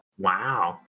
Wow